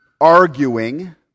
arguing